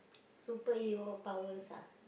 superhero powers ah